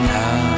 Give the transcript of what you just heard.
now